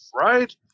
right